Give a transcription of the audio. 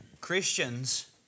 Christians